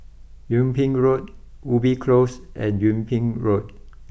Yung Ping Road Ubi close and Yung Ping Road